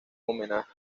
homenaje